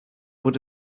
would